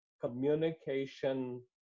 communication